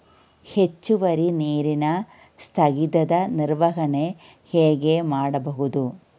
ಹೆಚ್ಚುವರಿ ನೀರಿನ ಸ್ಥಗಿತದ ನಿರ್ವಹಣೆ ಹೇಗೆ ಮಾಡಬಹುದು?